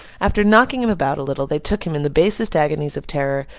after knocking him about a little, they took him, in the basest agonies of terror,